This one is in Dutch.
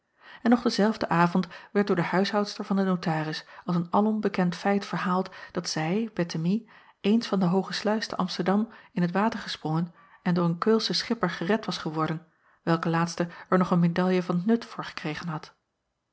en nog denzelfden avond werd door de acob van ennep laasje evenster delen huishoudster van den notaris als een alom bekend feit verhaald dat zij ettemie eens van de ooge luis te msterdam in t water gesprongen en door een eulschen schipper gered was geworden welke laatste er nog een medalje van t ut voor gekregen had